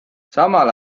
samal